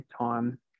time